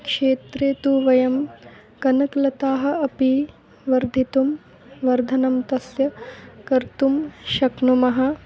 क्षेत्रे तु वयं कनकलताः अपि वर्धितुं वर्धनं तस्य कर्तुं शक्नुमः